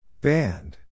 Band